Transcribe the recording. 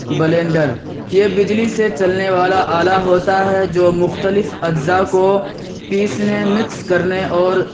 blender یہ بجلی سے چلنے والا آلہ ہوتا ہے جو مختلف اجزا کو پیسنے مکس کرنے اور